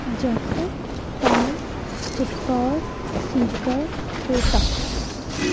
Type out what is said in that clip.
Jaipur Tonk Chittor Sikar Kota